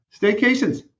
Staycations